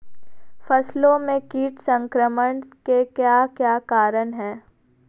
फसलों में कीट संक्रमण के क्या क्या कारण है?